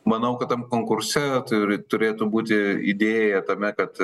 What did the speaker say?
manau kad tam konkurse turi turėtų būti idėja tame kad